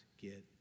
get